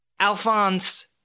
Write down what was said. Alphonse